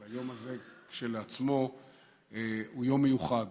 אבל היום הזה כשלעצמו הוא יום מיוחד